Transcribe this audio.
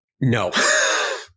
no